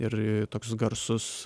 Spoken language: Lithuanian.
ir toks garsus